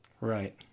Right